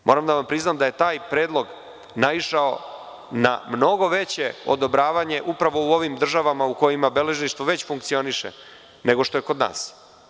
Moram da vam priznam da je taj predlog naišao na mnogo veće odobravanje upravo u ovim državama u kojima beležništvo već funkcioniše, nego što je kod nas.